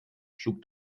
schlug